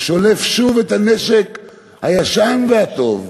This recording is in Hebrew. הוא שולף שוב את הנשק הישן והטוב,